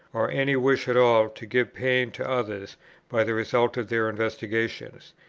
or any wish at all to give pain to others by the result of their investigations.